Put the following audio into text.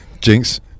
Jinx